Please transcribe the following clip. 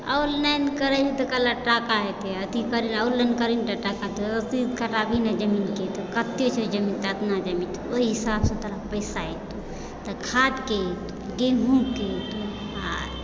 online करै तऽ कहलक टाका एतै अथि कर ऑनलाइन करहिन तऽ टाका तऽ अथि कटाबही नहि जमीनके तऽ कतेक छै जमीन तऽ इतना जमीन ओ हिसाबसँ तोरा पैसा एतौ तऽ खादके गहुँमके आ